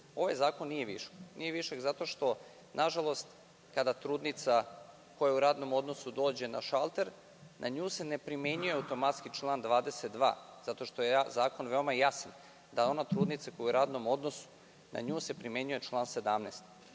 višak. Nije višak zato što, nažalost, kada trudnica koja je u radnom odnosu dođe na šalter, na nju se ne primenjuje automatski član 22. zato što je zakon veoma jasan, da ona trudnica koja je u radnom odnosu na nju se primenjuje član 17.